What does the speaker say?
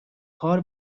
کار